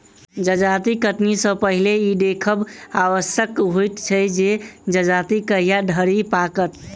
जजाति कटनी सॅ पहिने ई देखब आवश्यक होइत छै जे जजाति कहिया धरि पाकत